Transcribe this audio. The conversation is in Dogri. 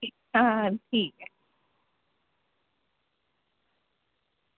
आं ठीक